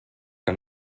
que